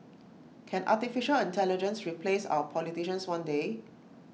can Artificial Intelligence replace our politicians one day